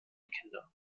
kinder